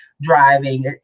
driving